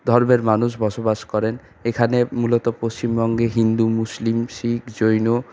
ধর্মের মানুষ বসবাস করেন এখানে মূলত পশ্চিমবঙ্গে হিন্দু মুসলিম শিখ জৈন